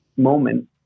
moment